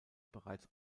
bereits